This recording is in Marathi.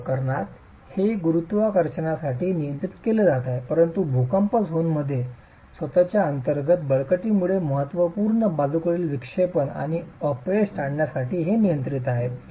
या प्रकरणात हे गुरुत्वाकर्षणासाठी नियंत्रित केले जात आहे परंतु भूकंप झोनमध्ये स्वतःच्या अंतर्गत बळकटीमुळे महत्त्वपूर्ण बाजूकडील विक्षेपन आणि अपयश टाळण्यासाठी हे नियंत्रित आहे